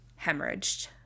hemorrhaged